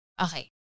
okay